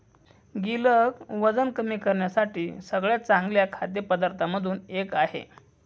गिलक वजन कमी करण्यासाठी सगळ्यात चांगल्या खाद्य पदार्थांमधून एक आहे